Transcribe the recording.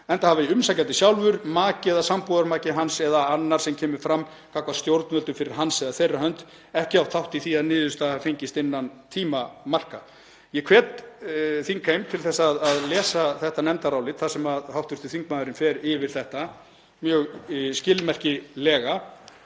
enda hafi umsækjandi sjálfur, maki eða sambúðarmaki hans eða annar sem kemur fram gagnvart stjórnvöldum fyrir hans eða þeirra hönd ekki átt þátt í því að niðurstaða hafi ekki fengist innan tímamarka.“ Ég hvet þingheim til að lesa þetta nefndarálit þar sem hv. þingmaður fer mjög skilmerkilega